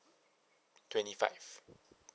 twenty five